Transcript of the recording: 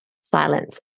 silence